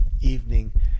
evening